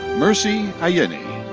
mercy ayeni.